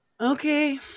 okay